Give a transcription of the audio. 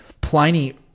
Pliny